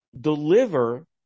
deliver